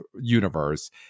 universe